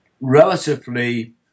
relatively